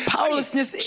Powerlessness